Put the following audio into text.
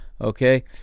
okay